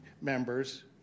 members